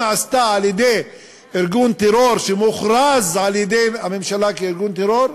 נעשתה על-ידי ארגון טרור שמוכרז על-ידי הממשלה כארגון טרור,